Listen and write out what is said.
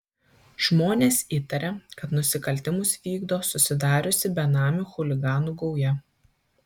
žmonės įtaria kad nusikaltimus vykdo susidariusi benamių chuliganų gauja